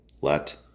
Let